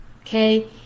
okay